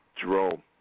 Jerome